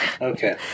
Okay